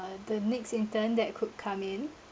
the next intern that could come in